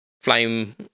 flame